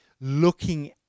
looking